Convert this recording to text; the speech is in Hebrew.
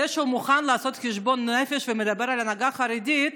זה שהוא מוכן לעשות חשבון נפש ומדבר על ההנהגה החרדית,